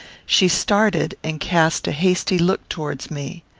she started and cast a hasty look towards me.